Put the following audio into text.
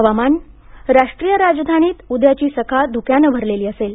हवामान राष्ट्रीय राजधानीत उद्याची सकाळ धुक्यानं भरलेली असेल